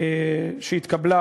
שהתקבלה